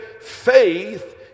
faith